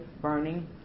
burning